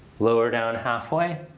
lower down half way.